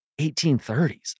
1830s